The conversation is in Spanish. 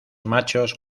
machos